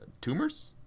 Tumors